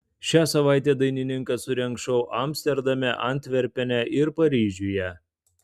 šią savaitę dainininkas surengs šou amsterdame antverpene ir paryžiuje